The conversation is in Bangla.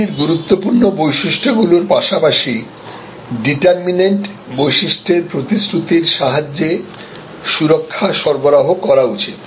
এটির গুরুত্বপূর্ণ বৈশিষ্ট্যগুলির পাশাপাশি ডিটারমিনেন্ট বৈশিষ্ট্যের প্রতিশ্রুতির সাহায্যে সুরক্ষা সরবরাহ করা উচিত